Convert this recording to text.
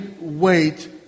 wait